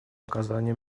оказанию